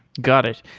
got it.